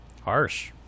harsh